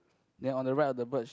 then on the right of the bird's